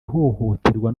ihohoterwa